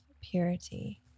purity